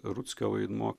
ruckio vaidmuo